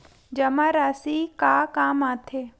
जमा राशि का काम आथे?